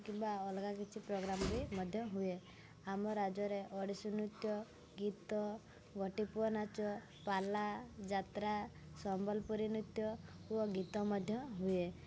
କିମ୍ବା ଅଲଗା କିଛି ପ୍ରୋଗ୍ରାମ୍ ବି ମଧ୍ୟ ହୁଏ ଆମ ରାଜ୍ୟରେ ଓଡ଼ିଶୀ ନୃତ୍ୟ ଗୀତ ଗୋଟିପୁଅ ନାଚ ପାଲା ଯାତ୍ରା ସମ୍ବଲପୁରୀ ନୃତ୍ୟ ଓ ଗୀତ ମଧ୍ୟ ହୁଏ